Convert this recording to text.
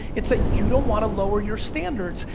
it's that you don't wanna lower your standards,